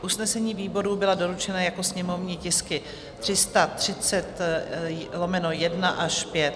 Usnesení výborů byla doručena jako sněmovní tisky 330/1 až 5.